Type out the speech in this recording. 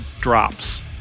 drops